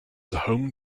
home